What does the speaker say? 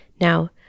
Now